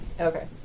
Okay